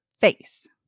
face